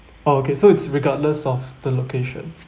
oh okay so it's regardless of the location